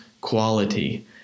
quality